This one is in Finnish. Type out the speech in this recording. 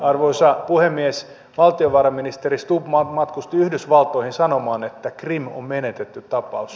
arvoisa puhemies valtiovarainministeri stubb matkusti yhdysvaltoihin sanomaan että krim on menetetty tapaus